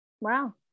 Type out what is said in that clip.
Wow